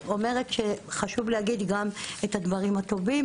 חשוב להגיד גם את הדברים הטובים